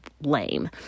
lame